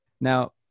Now